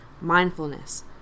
mindfulness